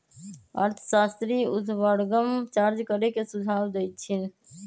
अर्थशास्त्री उर्ध्वगम चार्ज करे के सुझाव देइ छिन्ह